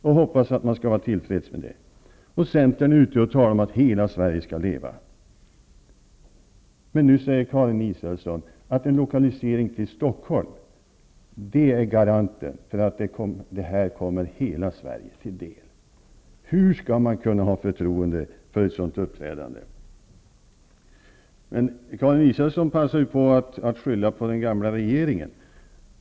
Sedan hoppas man att alla skall vara till freds med det, samtidigt som centern är ute och talar om att hela Sverige skall leva. Nu säger emellertid Karin Israelsson att en lokalisering till Stockholm är en garanti för att detta kommer hela Sverige till del. Hur skall man kunna ha förtroende för ett sådant uppträdande! Karin Israelsson passade på att skylla på den gamla regeringen.